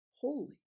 holy